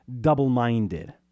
double-minded